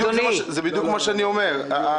זה בדיוק מה שאני אומר.